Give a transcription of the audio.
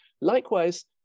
Likewise